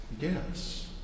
yes